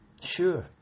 Sure